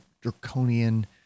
draconian